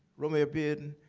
romare bearden,